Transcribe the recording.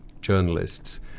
journalists